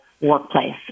workplace